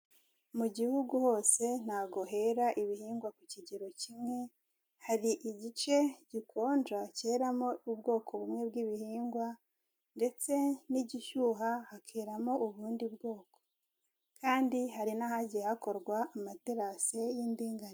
Mu gihugu hose ntabwo hera ibihingwa ku kigero kimwe, hari igice gikonja cyeramo ubwoko bumwe bw'ibihingwa ndetse n'igishyuha hakeramo ubundi bwoko, kandi hari n'ahagiye hakorwa amaterasi y'indinganire.